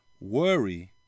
Worry